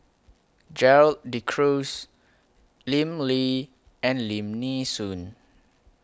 Gerald De Cruz Lim Lee and Lim Nee Soon